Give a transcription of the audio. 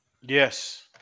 Yes